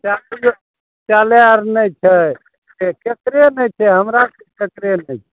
चार्जके शौचालय आर नहि छै से पेपरे नहि छै हमरा तऽ पेपरे नहि छै